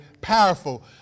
powerful